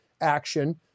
action